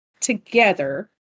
together